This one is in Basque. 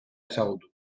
ezagutu